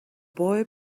boy